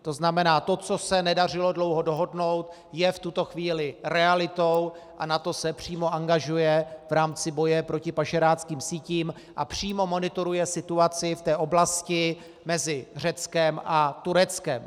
To znamená, že to, co se nedařilo dlouho dohodnout, je v tuto chvíli realitou a NATO se přímo angažuje v rámci boje proti pašeráckým sítím a přímo monitoruje situaci v oblasti mezi Řeckem a Tureckem.